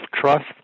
trust